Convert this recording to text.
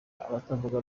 abatavuga